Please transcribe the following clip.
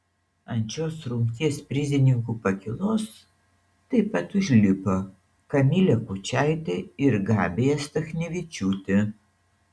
ant šios rungties prizininkų pakylos taip pat užlipo kamilė kučaitė ir gabija stachnevičiūtė